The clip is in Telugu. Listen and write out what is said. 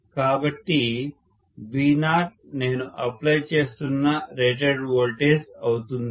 కాబట్టి V0 నేను అప్లై చేస్తున్న రేటెడ్ వోల్టేజ్ అవుతుంది